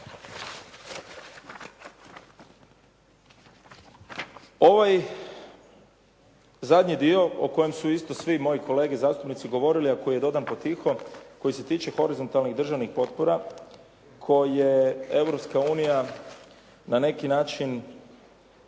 Ovaj zadnji dio o kojem su isto svi moji kolege zastupnici govori, a koji je dodat po tiho, koji se tiče horizontalnih državnih potpora, koje Europska unija na neki način